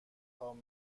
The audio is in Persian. ادغام